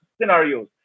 scenarios